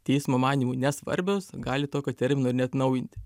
teismo manymu nesvarbios gali tokio termino neatnaujinti